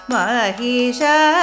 Mahisha